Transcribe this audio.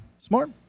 smart